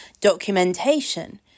documentation